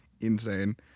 Insane